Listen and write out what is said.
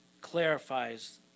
clarifies